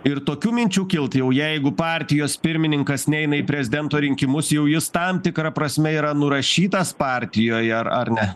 ir tokių minčių kilt jau jeigu partijos pirmininkas neina į prezidento rinkimus jau jis tam tikra prasme yra nurašytas partijoje ar ar ne